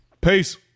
Peace